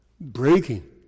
breaking